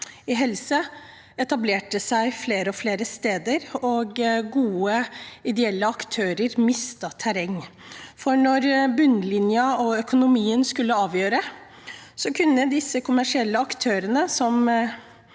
helse etablerte seg flere og flere steder, og gode ideelle aktører mistet terreng. For når bunnlinjen og økonomien skulle avgjøre, så kunne mange av disse kommersielle aktørene,